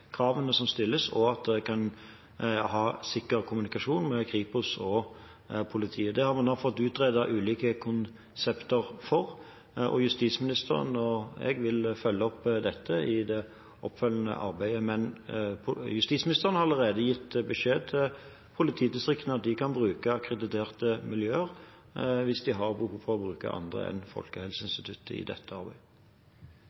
kvalitetskravene som stilles, og at en kan ha sikker kommunikasjon med Kripos og politiet for øvrig. Det har vi nå fått utredet ulike konsepter for, og justisministeren og jeg vil følge opp dette i det videre arbeidet. Men justisministeren har allerede gitt beskjed til politidistriktene om at de kan bruke akkrediterte miljøer hvis de har behov for å bruke andre enn